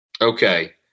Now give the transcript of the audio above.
Okay